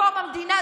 מקום המדינה,